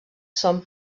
són